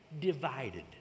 divided